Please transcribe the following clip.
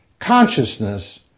consciousness